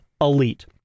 elite